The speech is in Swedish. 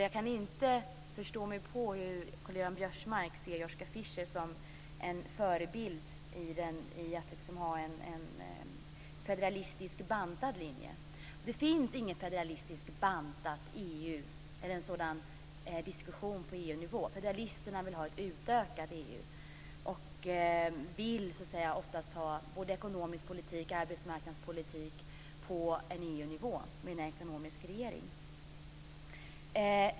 Jag kan alltså inte förstå hur Karl-Göran Biörsmark kan se Joschka Fischer som en förebild när det gäller att ha en federalistisk, bantad linje. Det finns inget federalistiskt, bantat EU eller någon sådan diskussion på EU-nivå. Federalisterna vill ha ett utökat EU. De vill oftast ha både ekonomisk politik och arbetsmarknadspolitik på en EU-nivå med en ekonomisk regering.